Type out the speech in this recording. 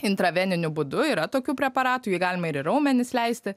intraveniniu būdu yra tokių preparatų jį galima ir į raumenis leisti